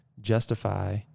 justify